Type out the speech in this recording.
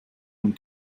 und